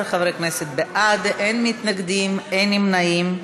13 חברי כנסת בעד, אין מתנגדים, אין נמנעים.